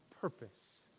purpose